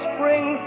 Spring